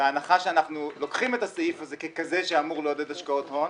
בהנחה שאנחנו לוקחים את הסעיף הזה ככזה שאמור לעודד השקעות הון,